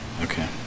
Okay